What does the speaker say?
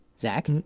Zach